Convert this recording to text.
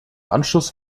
anschluss